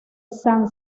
san